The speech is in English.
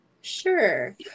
Sure